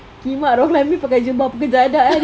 kimak rock climbing pakai apa ke jadah ni